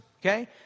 Okay